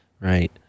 Right